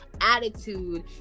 attitude